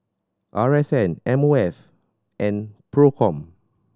R S N M O F and Procom